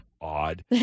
odd